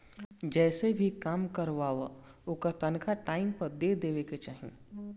जेसे भी काम करवावअ ओकर तनखा टाइम पअ दे देवे के चाही